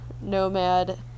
nomad